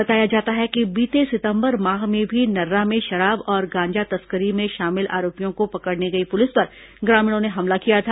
बताया जाता है कि बीते सितंबर माह में भी नर्रा में शराब और गांजा तस्करी में शामिल आरोपियों को पकड़ने गई पुलिस पर ग्रामीणों ने हमला किया था